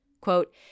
quote